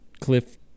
cliff